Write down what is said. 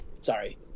sorry